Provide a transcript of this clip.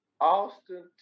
Austin